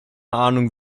ahnung